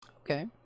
Okay